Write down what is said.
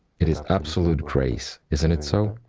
it is absolute grace. isn't it? so